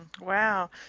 Wow